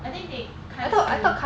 I think they 开始